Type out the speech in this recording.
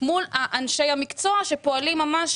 קבוצת אלרוב וקבוצת כלל ביטוח שבהחלט מעוררת הרבה